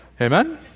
Amen